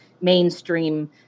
mainstream